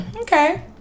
Okay